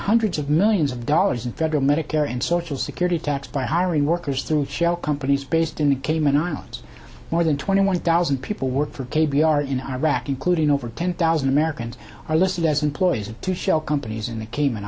hundreds of millions of dollars in federal medicare and social security tax by hiring workers through shell companies based in the cayman islands more than twenty one thousand people work for k b r in iraq including over ten thousand americans are listed as employees of two shell companies in the cayman